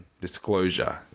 disclosure